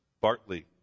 Bartley